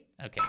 Okay